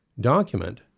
Document